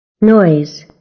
Noise